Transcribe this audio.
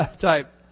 type